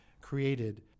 created